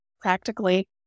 practically